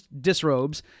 disrobes